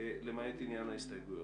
למעט עניין ההסתייגויות.